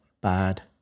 bad